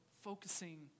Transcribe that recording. focusing